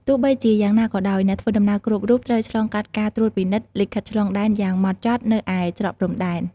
ទោះបីជាយ៉ាងណាក៏ដោយ អ្នកធ្វើដំណើរគ្រប់រូបត្រូវឆ្លងកាត់ការត្រួតពិនិត្យលិខិតឆ្លងដែនយ៉ាងម៉ត់ចត់នៅឯច្រកព្រំដែន។